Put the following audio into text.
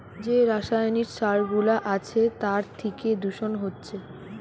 যে রাসায়নিক সার গুলা আছে তার থিকে দূষণ হচ্ছে